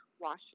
wash